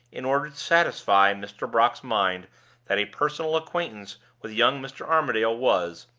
in order to satisfy mr. brock's mind that a personal acquaintance with young mr. armadale was,